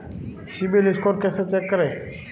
CIBIL score कैसे check करें?